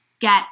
get